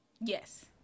yes